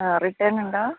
ആ റിട്ടേൺ ഉണ്ടോ